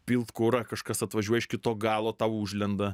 pilt kurą kažkas atvažiuoja iš kito galo ta užlenda